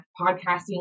podcasting